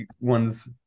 one's